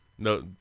No